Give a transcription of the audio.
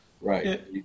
Right